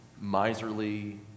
miserly